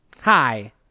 Hi